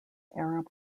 arab